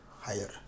higher